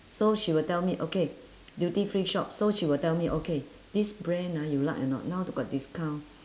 so she will tell me okay duty free shop so she will tell me okay this brand ah you like or not now they got discount